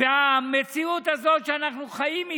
והמציאות הזאת שאנחנו חיים,